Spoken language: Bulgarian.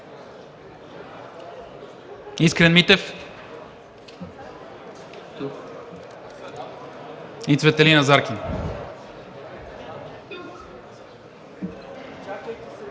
Искрен Митев? Цветелина Заркин?